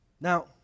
Now